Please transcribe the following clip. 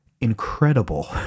incredible